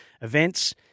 events